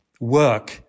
work